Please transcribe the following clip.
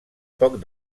poc